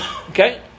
okay